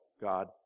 God